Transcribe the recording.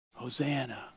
Hosanna